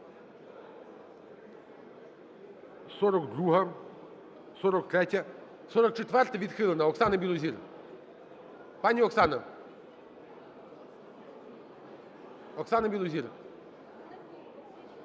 42-а. 43-я. 44-а відхилена Оксани Білозір. Пані Оксана! Оксани Білозір.